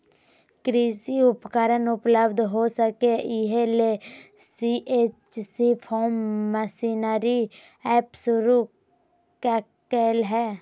कृषि उपकरण उपलब्ध हो सके, इहे ले सी.एच.सी फार्म मशीनरी एप शुरू कैल्के हइ